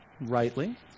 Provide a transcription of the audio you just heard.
rightly